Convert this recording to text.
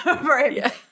Right